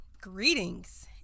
Greetings